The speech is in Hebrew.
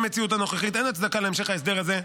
במציאות הנוכחית אין הצדקה להמשך ההסדר הזה.